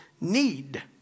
need